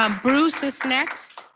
um bruce is next.